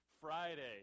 Friday